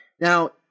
Now